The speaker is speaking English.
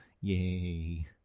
yay